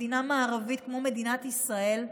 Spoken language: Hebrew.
מדינה מערבית כמו מדינת ישראל,